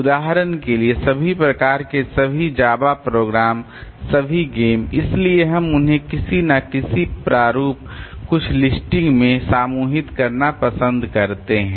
उदाहरण के लिए सभी प्रकार के सभी जावा प्रोग्राम सभी गेम इसलिए हम उन्हें किसी न किसी प्रारूप कुछ लिस्टिंग में समूहित करना पसंद कर सकते हैं